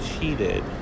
cheated